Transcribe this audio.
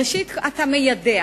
ראשית אתה מיידע,